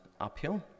uphill